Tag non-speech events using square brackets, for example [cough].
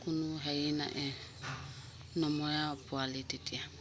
কোনো হেৰি নাই [unintelligible] নমৰে আৰু পোৱালি তেতিয়া